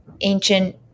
ancient